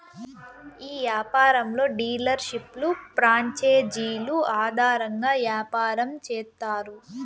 ఈ యాపారంలో డీలర్షిప్లు ప్రాంచేజీలు ఆధారంగా యాపారం చేత్తారు